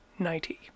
90